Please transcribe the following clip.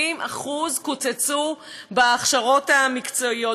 80% קוצצו בהכשרות המקצועיות.